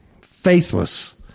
Faithless